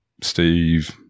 Steve